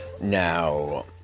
Now